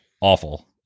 awful